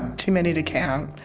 too many to count.